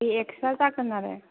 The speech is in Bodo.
बे एक्सट्रा जागोन आरो